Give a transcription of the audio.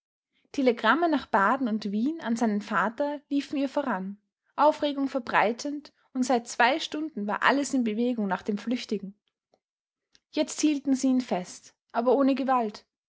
telegramme nach baden und wien an seinen vater liefen ihr voran aufregung verbreitend und seit zwei stunden war alles in bewegung nach dem flüchtigen jetzt hielten sie ihn fest aber ohne gewalt